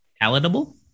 Palatable